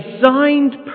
designed